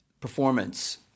performance